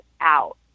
out